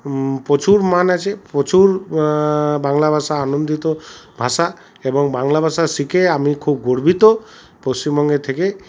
প্রচুর মান আছে প্রচুর বাংলা ভাষা আনন্দিত ভাষা এবং বাংলা ভাষা শিখে আমি খুব গর্বিত পশ্চিমবঙ্গে থেকে